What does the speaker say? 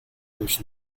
ons